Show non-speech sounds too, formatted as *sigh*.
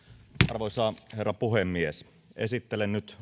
arvoisa herra puhemies esittelen nyt *unintelligible*